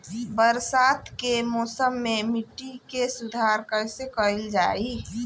बरसात के मौसम में मिट्टी के सुधार कइसे कइल जाई?